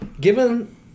given